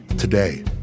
today